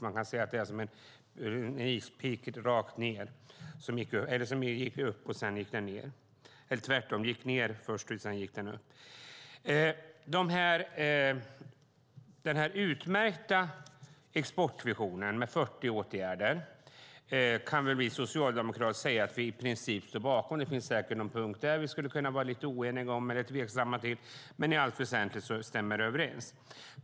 Man kan likna det vid en ispik som först gick rakt ned och sedan upp. Denna utmärkta exportvision med 40 åtgärder står vi socialdemokrater i princip bakom. Men det finns säkert någon punkt där som vi skulle kunna vara lite oeniga om eller tveksamma till. Men i allt väsentligt är vi överens.